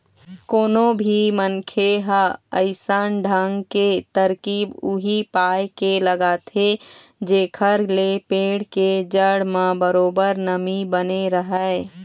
कोनो भी मनखे ह अइसन ढंग के तरकीब उही पाय के लगाथे जेखर ले पेड़ के जड़ म बरोबर नमी बने रहय